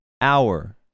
hour